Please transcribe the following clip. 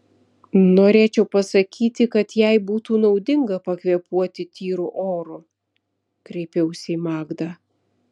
norėčiau pasakyti kad jai būtų naudinga pakvėpuoti tyru oru kreipiausi į magdą